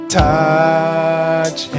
touch